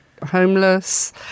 homeless